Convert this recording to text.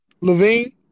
Levine